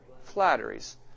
Flatteries